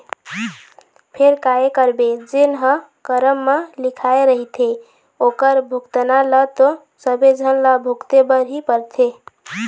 फेर काय करबे जेन ह करम म लिखाय रहिथे ओखर भुगतना ल तो सबे झन ल भुगते बर ही परथे